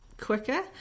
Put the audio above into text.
quicker